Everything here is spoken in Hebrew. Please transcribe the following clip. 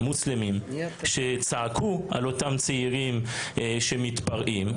מוסלמים שצעקו על אותם צעירים שמתפרעים.